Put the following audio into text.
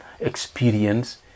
experience